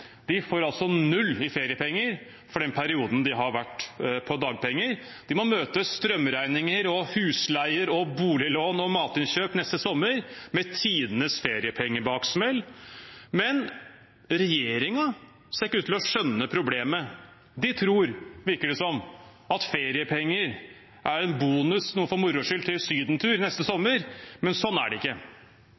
null i feriepenger for den perioden de har vært på dagpenger. De må møte strømregninger, husleier, boliglån og matinnkjøp neste sommer med tidenes feriepengebaksmell, men regjeringen ser ikke ut til å skjønne problemet. De tror – virker det som – at feriepenger er en bonus, noe for moro skyld, til sydentur neste sommer. Sånn er det ikke.